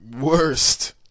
worst